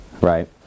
right